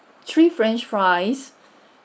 three french fries